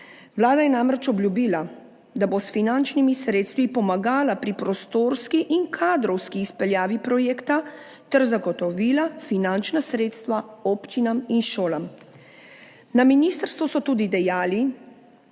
Vlada je namreč obljubila, da bo s finančnimi sredstvi pomagala pri prostorski in kadrovski izpeljavi projekta ter zagotovila finančna sredstva občinam in šolam. Na ministrstvu so tudi dejali,